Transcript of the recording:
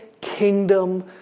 kingdom